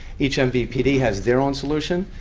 each mvpd has their own solution.